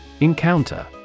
Encounter